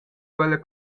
quella